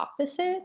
opposite